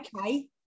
Okay